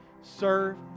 Serve